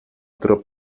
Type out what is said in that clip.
trop